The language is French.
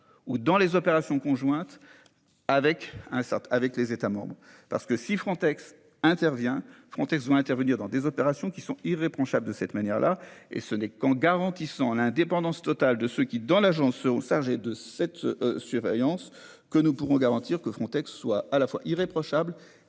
ou dans les opérations conjointes. Avec un certes avec les États, parce que si Frontex intervient Frontex doit intervenir dans des opérations qui sont irréprochables. De cette manière-là et ce n'est qu'en garantissant l'indépendance totale de ce qui dans l'agence hausse chargé de cette surveillance que nous pourrons garantir que Frontex soit à la fois irréprochable